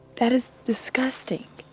that is disgusting.